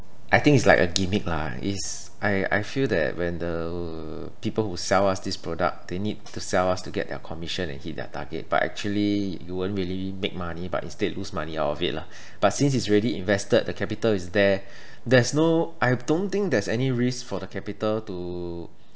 I think it's like a gimmick lah it's I I feel that when the people who sell us this product they need to sell us to get their commission and hit their target but actually you won't really make money but instead lose money out of it lah but since it's already invested the capital is there there's no I don't think there's any risk for the capital to